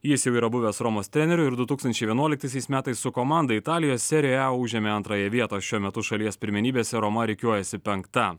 jis jau yra buvęs romos treneriu ir du tūkstančiai vienuoliktaisiais metais su komanda italijos serija a užėmė antrąją vietą šiuo metu šalies pirmenybėse roma rikiuojasi penkta